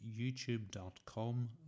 youtube.com